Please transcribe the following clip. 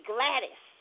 Gladys